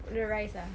the rice ah